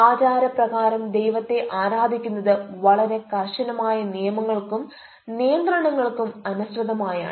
ആചാര പ്രകാരം ദൈവത്തെ ആരാധിക്കുന്നത് വളരെ കർശനമായ നിയമങ്ങൾക്കും നിയന്ത്രണങ്ങൾക്കും അനുസൃതമായാണ്